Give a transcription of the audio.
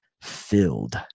filled